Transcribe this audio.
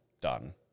done